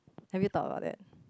have you thought about that